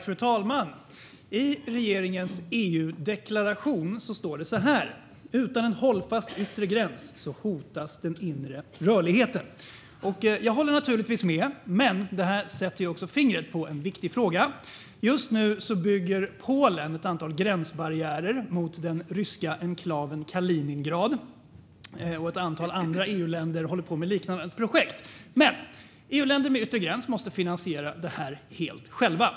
Fru talman! I regeringens EU-deklaration står det så här: "Utan en hållfast yttre gräns så hotas den inre rörligheten." Jag håller naturligtvis med, men detta sätter också fingret på en viktig fråga. Just nu bygger Polen ett antal gränsbarriärer mot den ryska enklaven Kaliningrad, och ett antal andra EU-länder håller på med liknande projekt. EU-länder med yttre gräns måste dock finansiera detta helt själva.